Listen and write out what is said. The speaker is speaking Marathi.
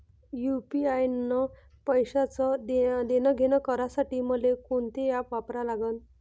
यू.पी.आय न पैशाचं देणंघेणं करासाठी मले कोनते ॲप वापरा लागन?